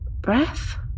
breath